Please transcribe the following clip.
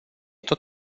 tot